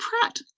Pratt